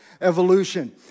evolution